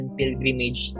Pilgrimage